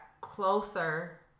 closer